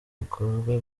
bikozwe